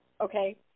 okay